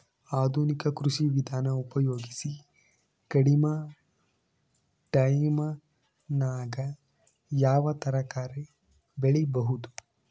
ಆಧುನಿಕ ಕೃಷಿ ವಿಧಾನ ಉಪಯೋಗಿಸಿ ಕಡಿಮ ಟೈಮನಾಗ ಯಾವ ತರಕಾರಿ ಬೆಳಿಬಹುದು?